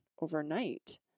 overnight